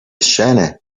scene